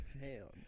Hell